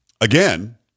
Again